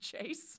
chase